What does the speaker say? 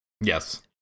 Yes